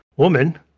woman